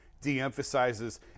de-emphasizes